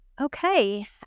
Okay